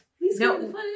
no